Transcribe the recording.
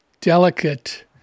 delicate